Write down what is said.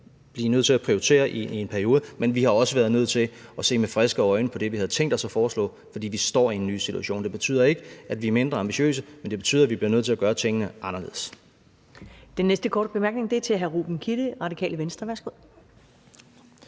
været nødt til at prioritere i en periode, men vi har også været nødt til at se med friske øjne på det, vi havde tænkt os at foreslå, fordi vi står i en ny situation. Det betyder ikke, at vi er mindre ambitiøse, men det betyder, at vi bliver nødt til at gøre tingene anderledes. Kl. 13:07 Første næstformand (Karen Ellemann): Den